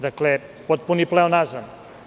Dakle, potpuni pleonazam.